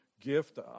gift